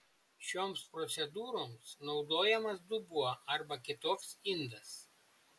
šioms procedūroms naudojamas dubuo arba kitoks indas